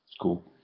cool